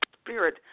spirit